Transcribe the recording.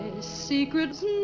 secrets